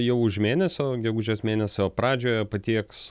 jau už mėnesio gegužės mėnesio pradžioje patieks